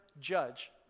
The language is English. judge